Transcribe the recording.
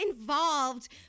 involved